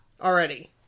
Already